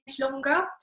longer